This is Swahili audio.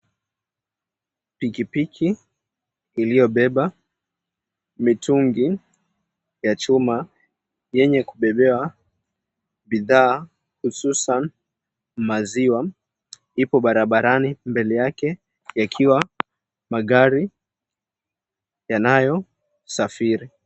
Pikipiki iliyobeba mitungi ya chuma, yenye kubebewa bidhaa hususan maziwa, ipo barabarani. Mbele yake yakiwa magari yanayosafiri.